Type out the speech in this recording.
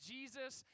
Jesus